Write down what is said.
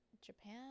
Japan